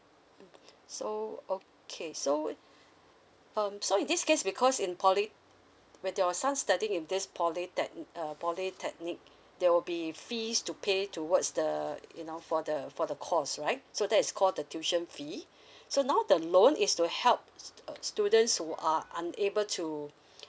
mm so okay so um so in this case because in poly with your son's studying in this polytechn~ uh polytechnic there will be fees to pay towards the you know for the for the course right so that is called the tuition fee so now the loan is to help st~ uh students who are unable to